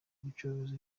gucuruza